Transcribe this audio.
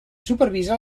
supervisa